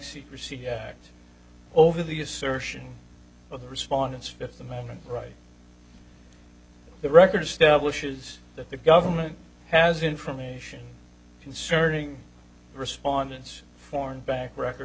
secrecy act over the assertion of the respondents fifth amendment right the record stablish is that the government has information concerning respondents foreign back record